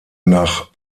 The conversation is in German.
nach